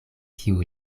kiu